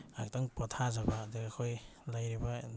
ꯉꯥꯛꯇꯪ ꯄꯣꯊꯥꯖꯕ ꯑꯗꯒꯤ ꯑꯩꯈꯣꯏ ꯂꯩꯔꯤꯕ